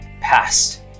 past